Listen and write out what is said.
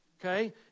Okay